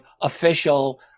official